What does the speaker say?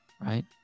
right